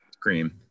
Cream